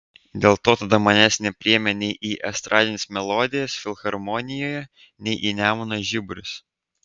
dėl to tada manęs nepriėmė nei į estradines melodijas filharmonijoje nei į nemuno žiburius